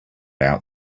out